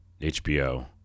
HBO